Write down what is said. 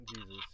Jesus